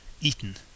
eaten